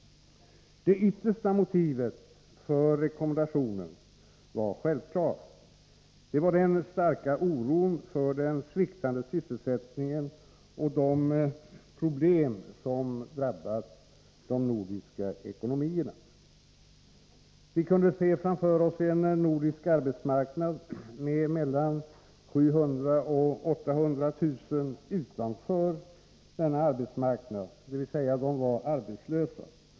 Det yttersta motivet för rekommendationen var självklart. Det var den starka oron för den sviktande sysselsättningen och de problem som drabbat de nordiska ekonomierna. Vi kunde framför oss se en nordisk arbetsmarknad där mellan 700 000 och 800 000 personer skulle stå utanför, dvs. vara arbetslösa.